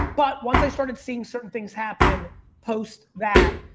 but once i started seeing certain things happen post that,